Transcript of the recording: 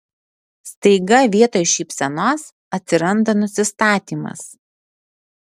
staiga vietoj šypsenos atsiranda nusistatymas